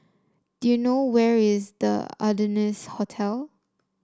do you know where is The Ardennes Hotel